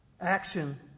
action